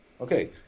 Okay